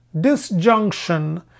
disjunction